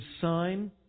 sign